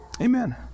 Amen